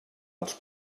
als